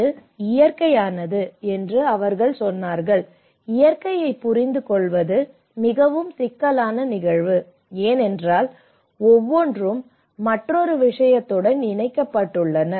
இது இயற்கையானது என்று அவர்கள் சொன்னார்கள் இயற்கையைப் புரிந்துகொள்வது மிகவும் சிக்கலான நிகழ்வு ஏனென்றால் ஒவ்வொன்றும் மற்றொரு விஷயத்துடன் இணைக்கப்பட்டுள்ளன